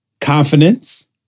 confidence